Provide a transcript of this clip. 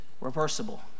reversible